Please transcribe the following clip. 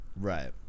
right